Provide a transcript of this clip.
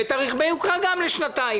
ואת רכבי היוקרה גם לשנתיים.